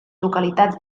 localitats